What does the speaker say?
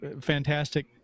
fantastic